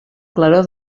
claror